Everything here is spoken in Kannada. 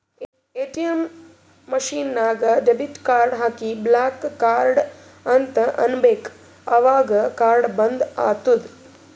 ಎ.ಟಿ.ಎಮ್ ಮಷಿನ್ ನಾಗ್ ಡೆಬಿಟ್ ಕಾರ್ಡ್ ಹಾಕಿ ಬ್ಲಾಕ್ ಕಾರ್ಡ್ ಅಂತ್ ಅನ್ಬೇಕ ಅವಗ್ ಕಾರ್ಡ ಬಂದ್ ಆತ್ತುದ್